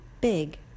big